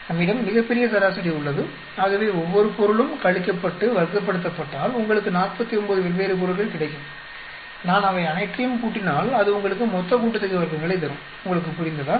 நம்மிடம் மிகப்பெரிய சராசரி உள்ளது ஆகவே ஒவ்வொரு பொருளும் கழிக்கப்பட்டு வர்க்கப்படுத்தப்பட்டால் உங்களுக்கு 49 வெவ்வேறு பொருள்கள் கிடைக்கும் நான் அவை அனைற்றையும் கூட்டினால் அது உங்களுக்கு மொத்தக்கூட்டுத்தொகை வர்க்கங்களைத் தரும் உங்களுக்கு புரிந்ததா